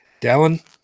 Dallin